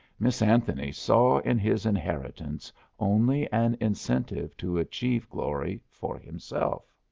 miss anthony saw in his inheritance only an incentive to achieve glory for himself.